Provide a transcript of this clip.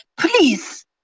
please